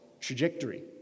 trajectory